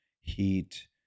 heat